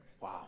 Wow